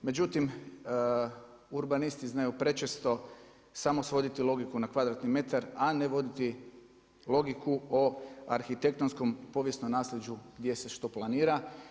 Međutim, urbanisti znaju prečesto samo svoditi logiku na kvadratni metar a ne voditi logiku o arhitektonskom povijesnom nasljeđu gdje se što planira.